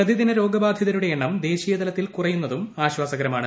പ്രതിദിന രോഗബാധിതരുടെ എണ്ണം ദേശീയതലത്തിൽ കുറയുന്നതും ആശ്വാസകരമാണ്